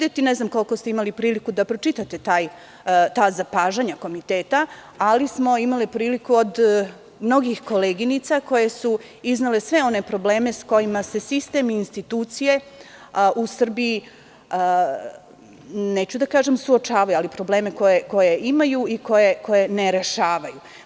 Ne znam koliko ste imali priliku da pročitate ta zapažanja Komiteta, ali smo imali priliku od mnogih koleginica koje su iznele sve one probleme sa kojima se sistem i institucije u Srbiji neću da kažem suočavaju, ali probleme koje imaju i koje ne rešavaju.